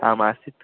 आमासीत्